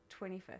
25th